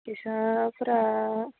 फैसाफोरा